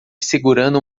segurando